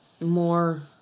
more